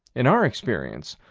in our experience,